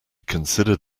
considered